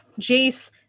Jace